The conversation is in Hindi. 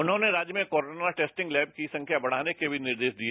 उन्होंने राज्य में कोरोना टेस्टिंग लैब की संख्या बढ़ाने के भी निर्देश दिए